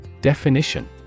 Definition